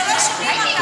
שלא שומעים אותם,